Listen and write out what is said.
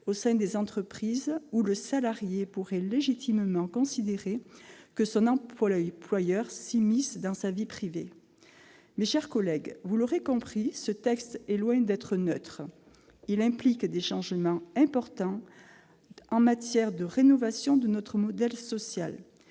au sein des entreprises, le salarié pouvant légitimement considérer que son employeur s'immisce dans sa vie privée. Mes chers collègues, vous l'aurez compris, ce texte est loin d'être neutre. Il implique des changements importants en termes de rénovation de notre modèle social,